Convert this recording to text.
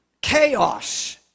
chaos